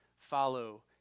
follow